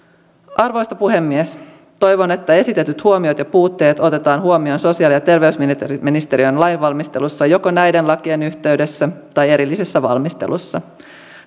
arvoisa puhemies toivon että esitetyt huomiot ja puutteet otetaan huomioon sosiaali ja terveysministeriön lainvalmistelussa joko näiden lakien yhteydessä tai erillisessä valmistelussa